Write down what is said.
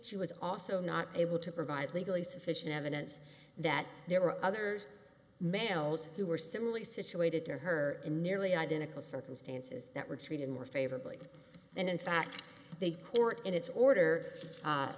she was also not able to provide legally sufficient evidence that there were others males who were similarly situated to her in nearly identical circumstances that were treated more favorably and in fact they court in its order